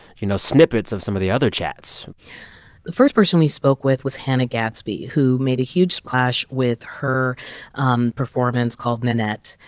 you know, snippets of some of the other chats the first person we spoke with was hannah gadsby who made a huge splash with her um performance called nanette.